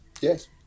Yes